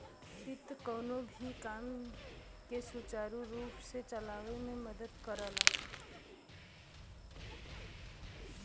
वित्त कउनो भी काम के सुचारू रूप से चलावे में मदद करला